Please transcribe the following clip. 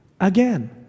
again